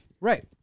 Right